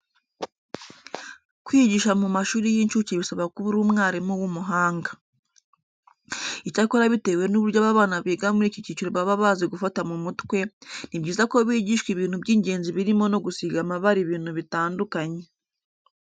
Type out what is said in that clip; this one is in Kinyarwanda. Kwigisha mu mashuri y'incuke bisaba kuba uri umwarimu w'umuhanga. Icyakora bitewe n'uburyo aba bana biga muri iki cyiciro baba bazi gufata mu mutwe, ni byiza ko bigishwa ibintu by'ingenzi birimo no gusiga amabara ibintu bitandukanye.